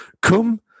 Come